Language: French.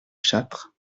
châtres